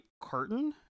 Carton